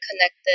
connected